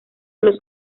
los